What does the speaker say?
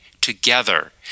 together